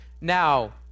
Now